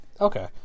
Okay